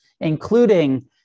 including